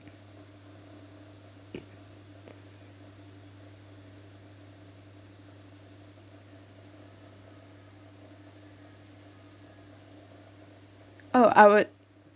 oh I would